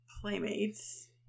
playmates